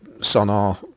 Sonar